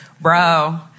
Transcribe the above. bro